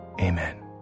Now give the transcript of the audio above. amen